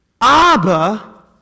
Abba